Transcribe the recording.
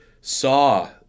saw